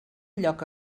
lloc